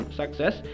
success